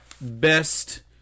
best